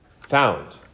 Found